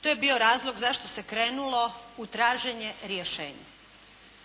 To je bio razlog zašto se krenulo u traženje rješenja.